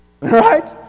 Right